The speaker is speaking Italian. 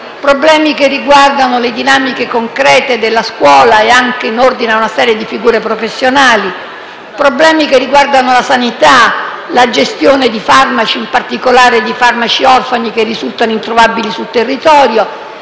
Croce Rossa; le dinamiche concrete della scuola e anche in ordine a una serie di figure professionali; la sanità, la gestione di farmaci e, in particolare, di farmaci orfani che risultano introvabili sul territorio.